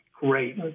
great